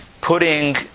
putting